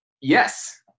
Yes